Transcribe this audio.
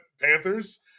Panthers